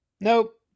Nope